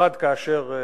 במיוחד כאשר היא